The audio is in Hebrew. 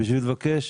כדי לבקש